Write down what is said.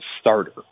starter